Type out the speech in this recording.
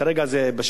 כרגע זה,